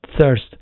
thirst